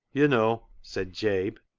you know, said jabe.